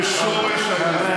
בושה וחרפה.